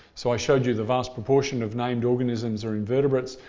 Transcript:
so i showed you the vast proportion of named organisms are invertebrates.